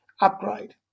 upgrade